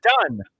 done